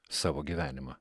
savo gyvenimą